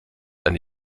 eine